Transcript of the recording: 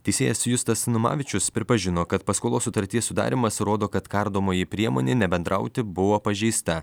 teisėjas justas numavičius pripažino kad paskolos sutarties sudarymas rodo kad kardomoji priemonė nebendrauti buvo pažeista